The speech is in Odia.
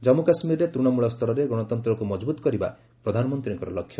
ଜନ୍ମୁ କାଶ୍ମୀରରେ ତୃଶମୂଳ ସ୍ତରରେ ଗଣତନ୍ତ୍ରକୁ ମଜବୁତ୍ କରିବା ପ୍ରଧାନମନ୍ତ୍ରୀଙ୍କର ଲକ୍ଷ୍ୟ